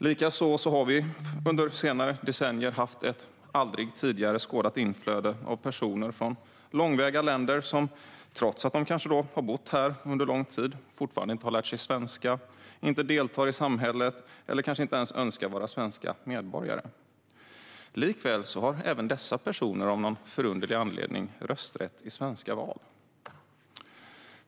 Likaså har vi under senare decennier haft ett aldrig tidigare skådat inflöde av personer från långväga länder, som trots att de kanske har bott här under lång tid fortfarande inte har lärt sig svenska, inte deltar i samhället eller kanske inte ens önskar vara svenska medborgare. Likväl har även dessa personer - av någon förunderlig anledning - rösträtt i svenska val.